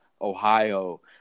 Ohio